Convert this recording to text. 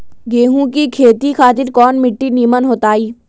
गेंहू की खेती खातिर कौन मिट्टी निमन हो ताई?